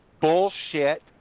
bullshit